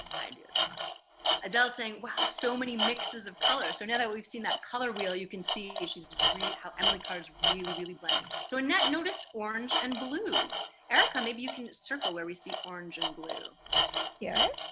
ideas about adele saying so many mixes of color so now that we've seen that color wheel you can see issues three how emily carr is really really blending so annette noticed orange and blue erika maybe you can circle where we see orange and blue here